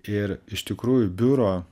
ir iš tikrųjų biuro